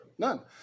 None